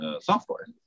software